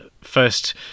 first